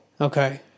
Okay